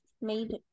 made